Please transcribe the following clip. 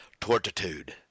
tortitude